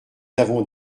avons